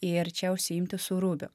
ir čia užsiimti su rubiu